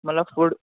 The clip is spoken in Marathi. मला फूड